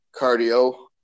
cardio